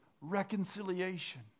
reconciliation